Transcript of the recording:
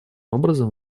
образом